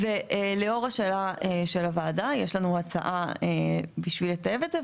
ולאור השאלה של הוועדה יש לנו הצעה בשביל לטייב את זה.